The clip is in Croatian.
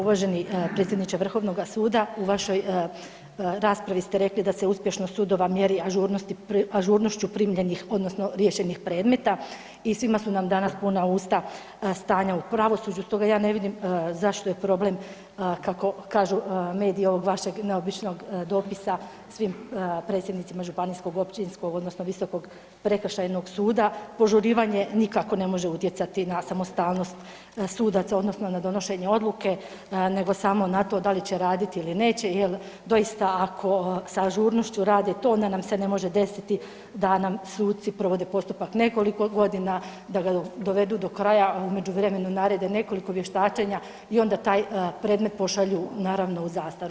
Uvaženi predsjedniče Vrhovnoga suda, u vašoj raspravi ste rekli da se uspješnost sudova mjeri ažurnošću primljenih odnosno riješenih predmeta i svima su nam danas puna usta stanja u pravosuđu stoga ja ne vidim zašto je problem kako kažu mediji ovog vašeg neobičnog dopisa svim predsjednicima županijskog, općinskog odnosno Visokog prekršajnog suda, požurivanje nikako ne može utjecati na samostalnost sudaca odnosno na donošenje odluke nego samo na to da li će raditi ili neće, jer doista ako sa ažurnošću rade to onda nam se ne može desiti da nam suci provode postupak nekoliko godina da ga dovedu do kraja, a u međuvremenu narede nekoliko vještačenja i onda taj predmet pošalju naravno u zastaru.